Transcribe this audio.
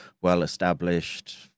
well-established